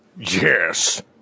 Yes